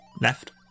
Left